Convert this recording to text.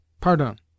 Pardon